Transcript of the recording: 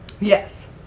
Yes